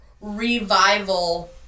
revival